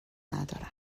ندارم